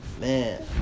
Man